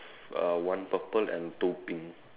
uh one purple and two pink